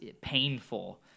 painful